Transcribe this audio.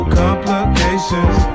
complications